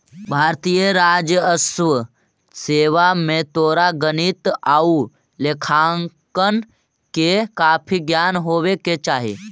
भारतीय राजस्व सेवा में तोरा गणित आउ लेखांकन के काफी ज्ञान होवे के चाहि